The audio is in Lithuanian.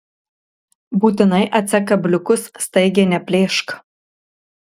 būtinai atsek kabliukus staigiai neplėšk